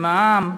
במע"מ.